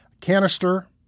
canister